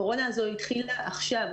הקורונה הזו התחילה עכשיו,